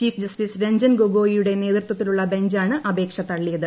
chief justice Ranjan ഗൊഗോയിയുടെ നേതൃത്വത്തിലുള്ള ബെഞ്ചാണ് അപേക്ഷ തള്ളിയത്